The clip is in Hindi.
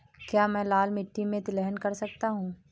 क्या मैं लाल मिट्टी में तिलहन कर सकता हूँ?